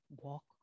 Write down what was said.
walk